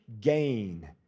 gain